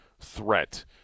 threat